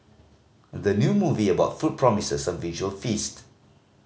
the new movie about food promises a visual feast